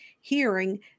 hearing